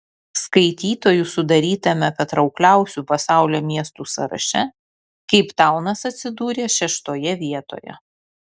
skaitytojų sudarytame patraukliausių pasaulio miestų sąraše keiptaunas atsidūrė šeštoje vietoje